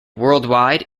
worldwide